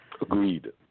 Agreed